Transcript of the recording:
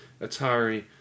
Atari